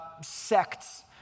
sects